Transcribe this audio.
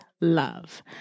love